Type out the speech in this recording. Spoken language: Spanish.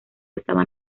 estaban